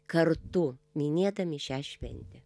kartu minėdami šią šventę